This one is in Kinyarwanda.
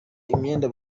imyenda